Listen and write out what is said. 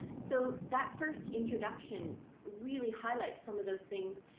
so that first introduction really highlights some of those things.